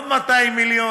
עוד 200 מיליון,